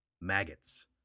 Maggots